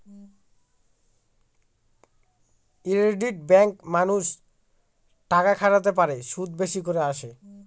credit ব্যাঙ্কে মানুষ টাকা খাটাতে পারে, সুদ বেশি করে আসে